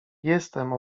jestem